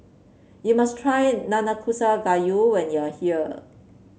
you must try Nanakusa Gayu when you are here